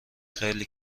خیلی